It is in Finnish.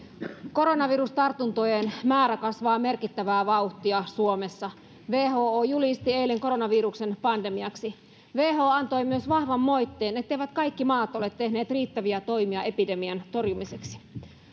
koronavirustartuntojen määrä kasvaa merkittävää vauhtia suomessa who julisti eilen koronaviruksen pandemiaksi who antoi myös vahvan moitteen etteivät kaikki maat ole tehneet riittäviä toimia epidemian torjumiseksi